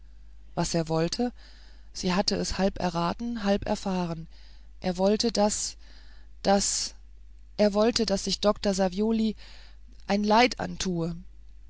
was er wollte sie hatte es halb erraten halb erfahren er wollte daß daß er wollte daß sich dr savioli ein leid antue sie